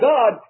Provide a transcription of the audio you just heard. God